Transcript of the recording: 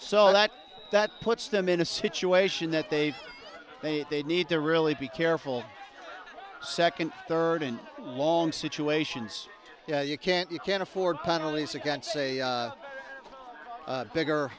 so that that puts them in a situation that they they they need to really be careful second third and long situations you can't you can't afford penalties against say bigger